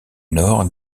nord